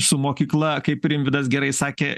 su mokykla kaip rimvydas gerai sakė